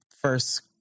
first